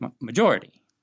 majority